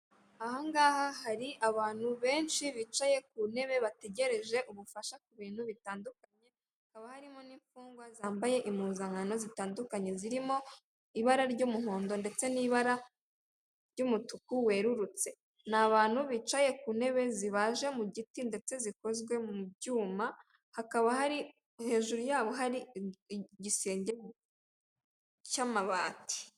Ahangaha hari abantu benshi bicaye ku ntebe bategereje ubufasha ku bintu bitandukanye hakaba harimo n'imfungwa zambaye impuzankano zitandukanye zirimo ibara ry'umuhondo ndetse n'ibara ry'umutuku werurutse. Ni abantu bicaye ku ntebe zibaje mu giti ndetse zikozwe mu byuma hakaba hejuru yaho hari igisenge cy'amabati.